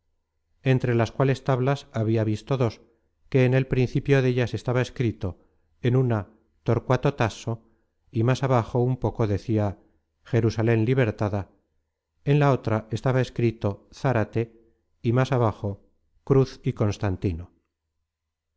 entre las cuales tablas habia visto dos que en el principio dellas estaba escrito en la una torcuato tasso y más abajo un poco decia jerusalen libertada en la otra estaba escrito zárate y más abajo cruz y constantino